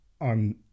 On